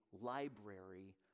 library